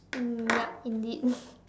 mm yup indeed